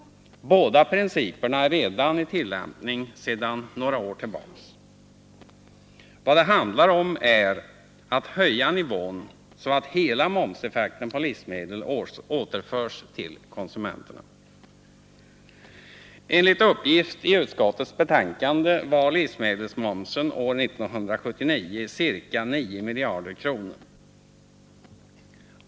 Båda principerna är redan i tillämpning sedan några år tillbaka. Vad de handlar om är att höja subventionsnivån, så att hela momseffekten på livsmedel återförs till konsumenterna. Enligt uppgift i utskottets betänkande var livsmedelsmomsen år 1979 ca 9 miljarder kronor.